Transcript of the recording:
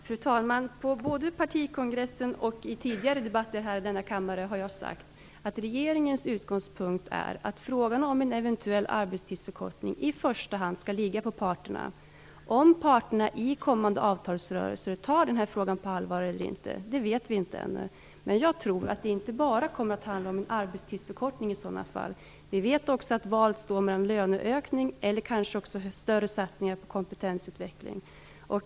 Fru talman! Både på partikongressen och i tidigare debatter i denna kammare har jag sagt att regeringens utgångspunkt är att frågan om en eventuell arbetstidsförkortning i första hand skall ligga på parterna. Om parterna i kommande avtalsrörelser tar den här frågan på allvar eller inte vet vi inte ännu. Men jag tror att det i sådana fall inte bara kommer att handla om en arbetstidsförkortning. Vi vet också att valet står mellan detta och löneökning eller kanske större satsningar på kompetensutveckling.